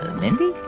mindy?